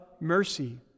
mercy